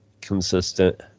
consistent